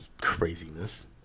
craziness